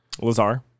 Lazar